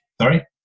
Sorry